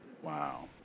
Wow